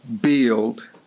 build